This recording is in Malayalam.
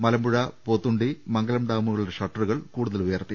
മലമ്പുഴ പോത്തുണ്ടി മംഗലം ഡാമുകളുടെ ഷട്ടറുകൾ കൂടുതൽ ഉയർത്തി